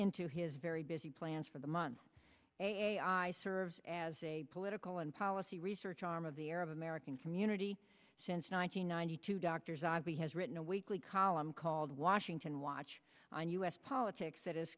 into his very busy plans for the month i served as a political and policy research arm of the arab american community since nine hundred ninety two doctors i v has written a weekly column called washington watch on us politics it is